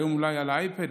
והיום אולי על האייפד,